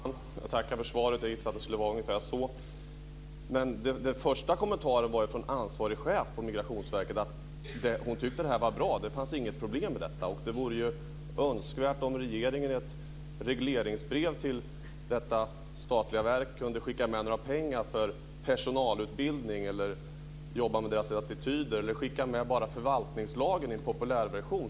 Fru talman! Jag tackar för svaret. Jag gissade att det skulle vara ungefär så. Men den första kommentaren var ju från en ansvarig chef på Migrationsverket. Hon tyckte att det här var bra. Det fanns inget problem med detta. Det vore ju önskvärt om regeringen i ett regleringsbrev till detta statliga verk kunde skicka med lite pengar till personalutbildning för att jobba med deras attityder eller bara skicka med förvaltningslagen i en populärversion.